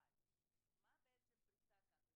אבל מה בעצם הפרצה כאן,